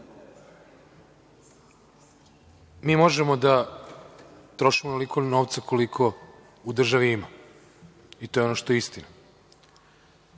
Mi možemo da trošimo onoliko novca koliko u državi ima i to je ono što je istina.